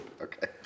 Okay